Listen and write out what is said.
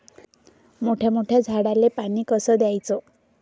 मोठ्या मोठ्या झाडांले पानी कस द्याचं?